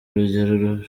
urugero